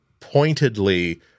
Pointedly